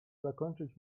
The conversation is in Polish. zakończyć